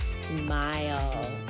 smile